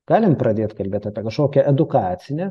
galim pradėt kalbėt apie kažkokią edukacinę